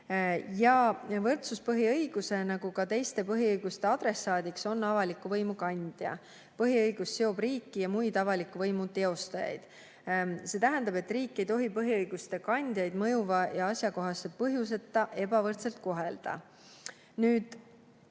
Võrdsuspõhiõiguse nagu ka teiste põhiõiguste adressaadiks on avaliku võimu kandja. Põhiõigus seob riiki ja muid avaliku võimu teostajaid. See tähendab, et riik ei tohi põhiõiguste kandjaid mõjuva ja asjakohase põhjuseta ebavõrdselt kohelda.